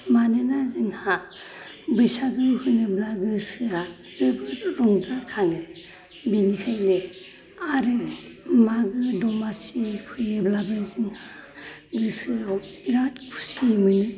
मानोना जोंहा बैसागो फैयोब्ला गोसोआ जोबोद रंजा खाङो बिनिखायनो आरो मागो दमासि फैयोब्लाबो जोंहा गोसोआव बेराद खुसि मोनो